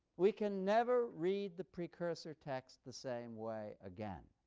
we can never read the precursor text the same way again.